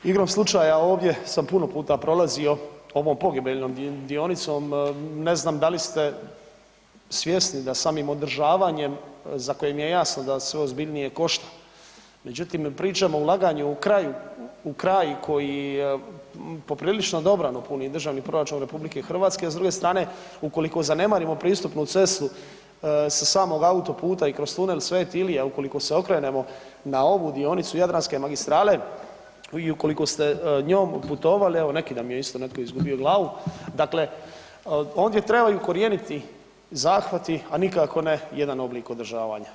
Igrom slučaja ovdje sam puno puta prolazio ovom pogibeljnom dionicom ne znam da li ste svjesni da samim održavanjem za koje mi je jasno da sve ozbiljnije košta, međutim pričamo o ulaganju o kraju, u kraj koji poprilično dobrano puni Državni proračun RH, a s druge strane ukoliko zanemarimo pristupnu cestu sa samog autoputa i kroz tunel Sv.Ilija ukoliko se okrenemo na ovu dionicu Jadranske magistrale vi ukoliko ste njom putovali, evo neki dan mi je isto netko izgubio glavu, dakle ondje trebaju korijeniti zahvati, a nikako ne jedan oblik održavanja.